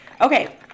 Okay